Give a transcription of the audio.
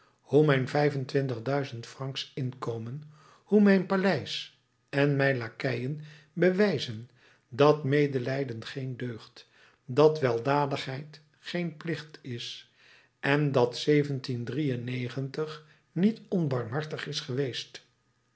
hoe mijn vijf-en-twintig duizend francs inkomen hoe mijn paleis en mijn lakeien bewijzen dat medelijden geen deugd dat weldadigheid geen plicht is en dat niet onbarmhartig is geweest